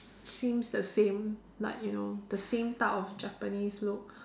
seems the same like you know the same type of Japanese look